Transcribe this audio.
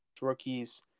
rookies